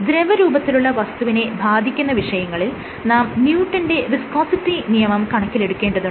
ദ്രവരൂപത്തിലുള്ള വസ്തുവിനെ ബാധിക്കുന്ന വിഷയങ്ങളിൽ നാം ന്യൂട്ടന്റെ വിസ്കോസിറ്റി നിയമം കണക്കിലെടുക്കേണ്ടതുണ്ട്